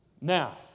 Now